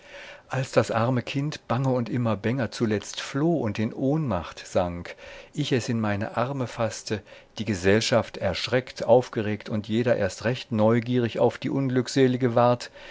als das arme kind bange und immer bänger zuletzt floh und in ohnmacht sank ich es in meine arme faßte die gesellschaft erschreckt aufgeregt und jeder erst recht neugierig auf die unglückselige ward